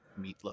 meatloaf